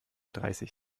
dreißig